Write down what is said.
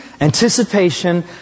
anticipation